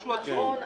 משהו עצום.